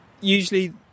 usually